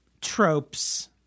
tropes